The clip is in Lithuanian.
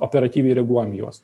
operatyviai reaguojam į juos